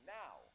now